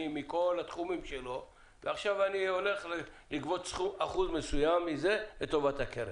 מכל התחומים שלו ועכשיו לגבות מזה אחוז מסוים לטובת הקרן.